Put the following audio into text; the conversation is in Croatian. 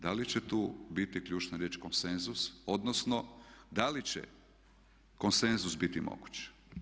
Da li će tu biti ključna riječ konsenzus odnosno da li će konsenzus biti moguć?